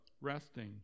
resting